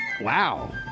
Wow